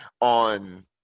on